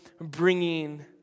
bringing